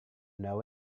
know